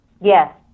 Yes